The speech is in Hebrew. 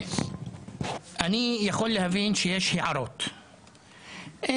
אני יכול להבין שיש הערות קטנות,